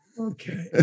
Okay